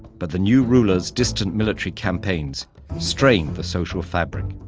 but the new ruler's distant military campaigns strained the social fabric.